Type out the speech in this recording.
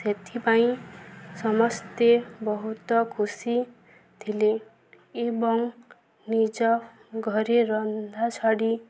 ସେଥିପାଇଁ ସମସ୍ତେ ବହୁତ ଖୁସି ଥିଲେ ଏବଂ ନିଜ ଘରେ ରନ୍ଧା ଛାଡ଼ି